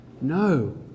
no